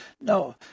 no